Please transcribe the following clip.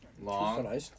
Long